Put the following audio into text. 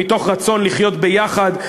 ומתוך רצון לחיות ביחד,